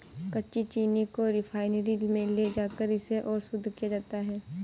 कच्ची चीनी को रिफाइनरी में ले जाकर इसे और शुद्ध किया जाता है